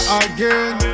again